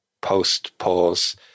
post-pause